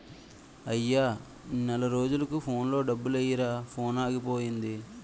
అయ్యా నెల రోజులకు ఫోన్లో డబ్బులెయ్యిరా ఫోనాగిపోయింది